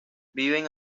viven